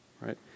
right